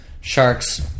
sharks